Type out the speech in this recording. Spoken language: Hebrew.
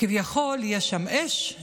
כביכול יש שם אש,